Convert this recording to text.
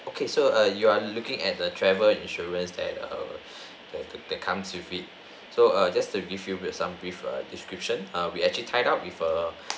okay so err you are looking at the travel insurance that err that comes with it so err just to give you some brief err description are we actually tied up with err